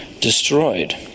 destroyed